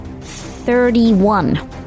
thirty-one